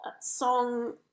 song